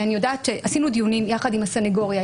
עשינו דיונים יחד עם הסניגוריה,